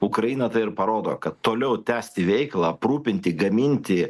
ukraina tai ir parodo kad toliau tęsti veiklą aprūpinti gaminti